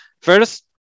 first